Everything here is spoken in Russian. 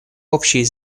общей